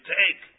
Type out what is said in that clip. take